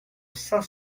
cinq